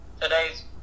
today's